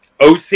OC